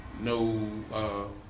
no